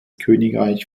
königreich